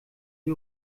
die